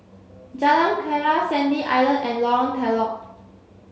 Jalan Keria Sandy Island and Lorong Telok